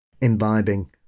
imbibing